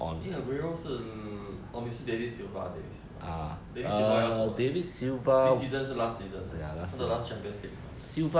eh aguero 是 oh 是 david silva david silva david silva 要走 liao this season 是 last season 的他的 last champions league mah valencia valencia mata was financial or martha 以前是